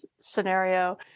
scenario